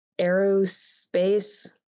Aerospace